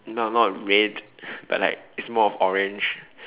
no no not red but like it's more of orange